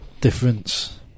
difference